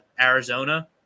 Arizona